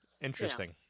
interesting